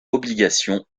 obligation